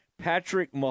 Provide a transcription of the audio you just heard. Patrick